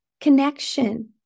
connection